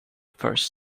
first